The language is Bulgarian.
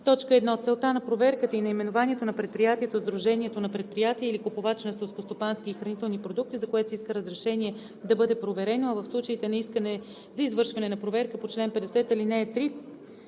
така: „1. целта на проверката и наименованието на предприятието, сдружението на предприятия или купувача на селскостопански и хранителни продукти, за което се иска разрешение да бъде проверено, а в случаите на искане за извършване на проверка по чл. 50, ал. 3